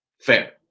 Fair